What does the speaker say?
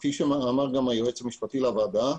כפי שאמר גם היועץ המשפטי לוועדה,